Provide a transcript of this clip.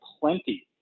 plenty